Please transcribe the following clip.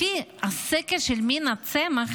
לפי הסקר של מינה צמח,